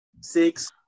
six